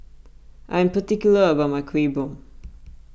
I am particular about my Kuih Bom